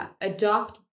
adopt